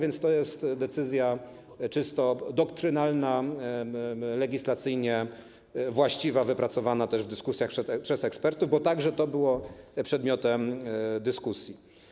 Jest to więc decyzja czysto doktrynalna, legislacyjnie właściwa, wypracowana też w dyskusjach przez ekspertów, bo także to było przedmiotem dyskusji.